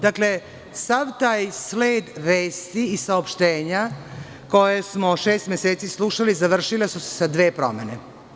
Dakle, sav taj sled vesti i saopštenja, koje smo šest meseci slušali, završile su se sa dve promene.